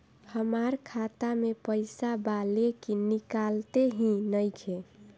हमार खाता मे पईसा बा लेकिन निकालते ही नईखे?